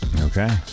Okay